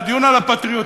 הוא דיון על הפטריוטיזם,